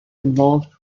involved